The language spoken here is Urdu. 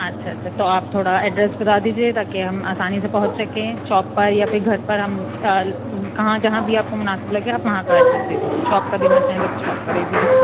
اچھا اچھا تو آپ تھوڑا ایڈریس بتا دیجیے تاکہ ہم آسانی سے پہنچ سکیں شاپ پر یا پھر گھر پر ہم کہاں جہاں بھی آپ کو مناسب لگے آپ وہاں کا ایڈریس دے دیجیے شاپ کا دینا چاہیں تو شاپ کا دے دیجیے